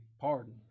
pardon